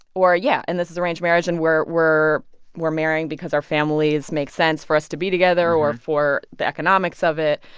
or yeah. and this is arranged marriage, and we're we're marrying because our families make sense for us to be together or for the economics of it.